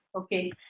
okay